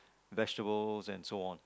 vegetables and so on